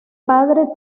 padre